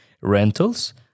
rentals